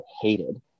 hated